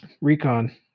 recon